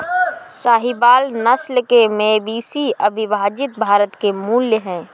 साहीवाल नस्ल के मवेशी अविभजित भारत के मूल हैं